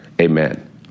Amen